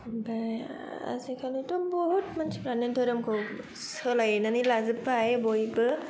ओमफाय आजिखालिथ' बहद मानसिफ्रानो धोरोमखौ सोलायनानै लाजोब्बाय बयबो